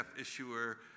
issuer